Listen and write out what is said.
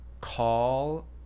call